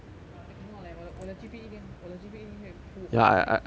I cannot leh 我的我的 G_P 一定我的 G_P 一定会 pull 我的 ninety